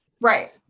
Right